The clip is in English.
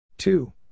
Two